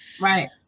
Right